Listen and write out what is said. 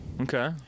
Okay